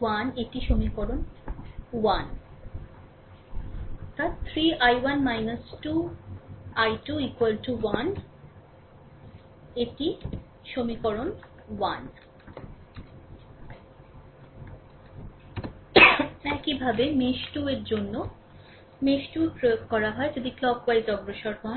1 এটি সমীকরণ 1 একইভাবে মেশ 2 এর জন্য মেশ 2 প্রয়োগ করা হয় যদি ক্লকওয়াইজ অগ্রসর হন